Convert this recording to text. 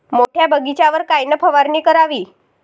मोठ्या बगीचावर कायन फवारनी करावी?